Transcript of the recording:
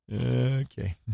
Okay